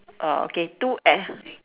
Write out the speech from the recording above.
oh okay two uh